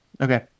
Okay